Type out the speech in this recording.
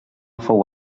fou